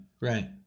Right